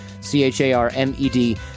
C-H-A-R-M-E-D